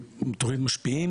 תכנית משפיעים,